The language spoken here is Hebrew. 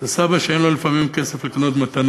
זה סבא שלפעמים אין לו כסף לקנות מתנה